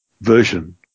version